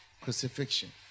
Crucifixion